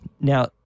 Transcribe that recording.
Now